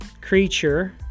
creature